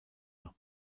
nach